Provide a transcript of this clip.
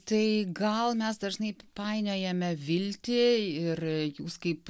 tai gal mes dažnai painiojame viltį ir jūs kaip